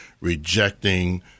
rejecting